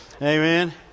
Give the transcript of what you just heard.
Amen